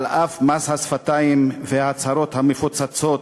ועל אף מס השפתיים וההצהרות המפוצצות